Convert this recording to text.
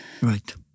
Right